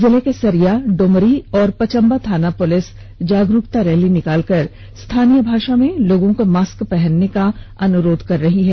जिले के सरिया ड्मरी और पचम्बा थाना पुलिस जागरूकता रैली निकाल कर स्थानीय भाषा में लोगों को मास्क पहनने का आग्रह किया जा रहा है